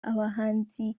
abahanzi